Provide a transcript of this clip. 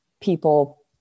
people